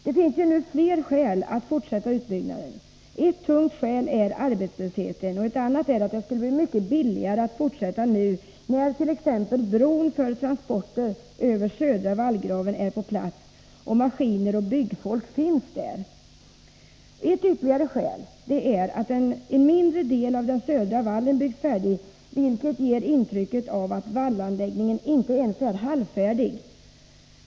Det finns flera skäl till att fortsätta utbyggnaden. Ett tungt skäl är arbetslösheten, ett annat är att det skulle bli mycket billigare att fortsätta nu närt.ex. bron för transporter över södra vallgraven är på plats och maskiner och byggfolk finns där. Ett ytterligare skäl är att en mindre del av den södra vallen byggts färdig, Nr 44 vilket ger intrycket att vallanläggningen inte ens är halvfärdig.